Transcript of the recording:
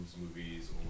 movies